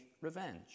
revenge